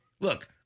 Look